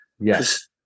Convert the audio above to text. yes